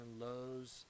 Lowe's